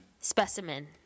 specimen